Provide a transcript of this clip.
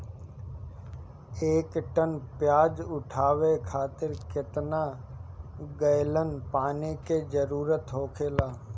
एक टन प्याज उठावे खातिर केतना गैलन पानी के जरूरत होखेला?